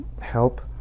help